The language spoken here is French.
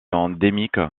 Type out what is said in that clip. endémique